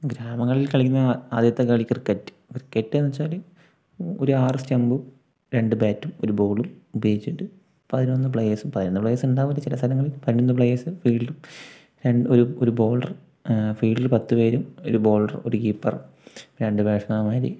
ഗ്രാമങ്ങളിൽ കളിക്കുന്ന ആദ്യത്തെ കളി ക്രിക്കറ്റ് ക്രിക്കറ്റ് എന്നു വച്ചാൽ ഒര് ആറ് സ്റ്റമ്പും രണ്ട് ബാറ്റും ഒരു ബോളും ഉപയോഗിച്ചിട്ട് പതിനൊന്ന് പ്ലേയർസും പതിനൊന്നു പ്ലേയർസ് ഉണ്ടാവില്ല ചില സ്ഥലങ്ങളിൽ പതിനൊന്ന് പ്ലേയർസ് ഫീൽഡും ഒരു ഒരു ബോളർ ഫീൽഡിൽ പത്തു പേരും ഒരു ബോളറും ഒരു കീപ്പർ രണ്ടു ബാറ്റ്സ്മാന്മാർ